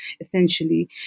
essentially